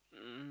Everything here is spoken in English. um